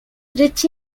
rich